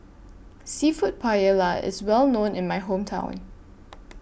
Seafood Paella IS Well known in My Hometown